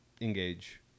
Engage